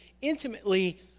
intimately